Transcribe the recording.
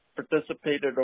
participated